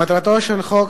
מטרתו של החוק